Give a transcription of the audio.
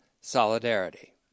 solidarity